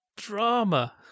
drama